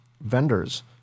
vendors